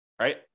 right